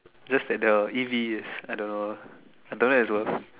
just like the easiest I don't know ah I don't know it's worth